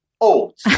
old